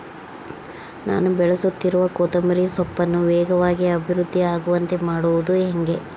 ನಾನು ಬೆಳೆಸುತ್ತಿರುವ ಕೊತ್ತಂಬರಿ ಸೊಪ್ಪನ್ನು ವೇಗವಾಗಿ ಅಭಿವೃದ್ಧಿ ಆಗುವಂತೆ ಮಾಡುವುದು ಹೇಗೆ?